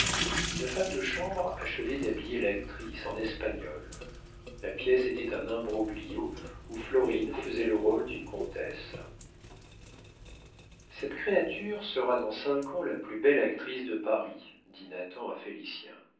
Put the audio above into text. une femme de chambre achevait d'habiller l'actrice en espagnole la pièce était un imbroglio où florine faisait le rôle d'une comtesse cette créature sera dans cinq ans la plus belle actrice de paris dit nathan à